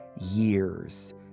years